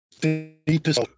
deepest